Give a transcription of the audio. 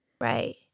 Right